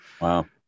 wow